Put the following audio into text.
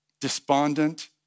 despondent